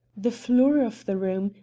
the floor of the room,